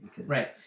Right